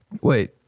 Wait